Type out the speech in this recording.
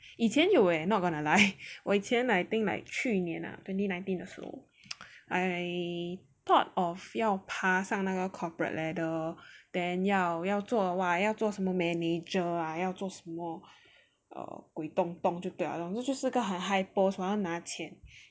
以前有 eh not gonna lie 我以前 like think like 去年 twenty nineteen 的时候 I thought of 要爬上那个 corporate ladder then 要做哇要做什么 manager ah 要做什么 err 鬼东东就对了就是个很 high post 然后拿钱